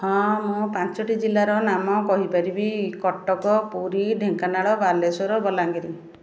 ହଁ ମୁଁ ପାଞ୍ଚଟି ଜିଲ୍ଲାର ନାମ କହିପାରିବି କଟକ ପୁରୀ ଢେଙ୍କାନାଳ ବାଲେଶ୍ଵର ବଲାଙ୍ଗୀର